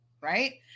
right